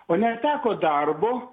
o neteko darbo